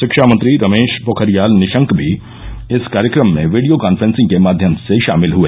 शिक्षा मंत्री रमेश पोखरियाल निशंक भी इस कार्यक्रम में वीडियो कांफ्रेंसिंग के माध्यम से शामिल हुए